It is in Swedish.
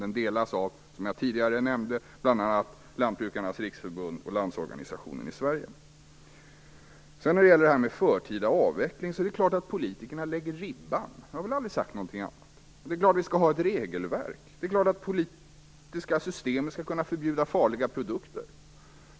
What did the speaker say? Den delas, som jag tidigare nämnde, av bl.a. Lantbrukarnas Riksförbund och Landsorganisationen i När det sedan gäller en förtida avveckling är det klart att det är politikerna som lägger ribban. Jag har aldrig sagt någonting annat. Det är också klart att vi skall ha ett regelverk. Naturligtvis skall det politiska systemet kunna förbjuda farliga produkter.